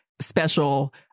special